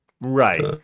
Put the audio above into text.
Right